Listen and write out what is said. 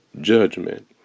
judgment